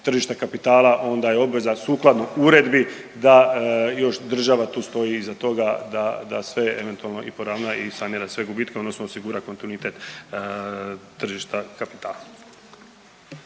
tržišta kapitala onda je obveza sukladno uredbi da još država tu stoji iza toga da, da se eventualno i poravna i sanira sve gubitke odnosno osigura kontinuitet tržišta kapitala.